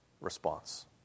response